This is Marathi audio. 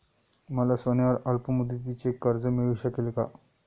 मला सोन्यावर अल्पमुदतीचे कर्ज मिळू शकेल का?